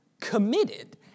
committed